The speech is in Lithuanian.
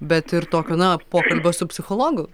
bet ir tokio na pokalbio su psichologu